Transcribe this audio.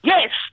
Yes